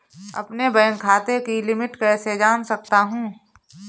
अपने बैंक खाते की लिमिट कैसे जान सकता हूं?